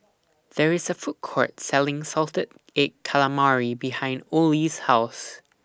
There IS A Food Court Selling Salted Egg Calamari behind Ollie's House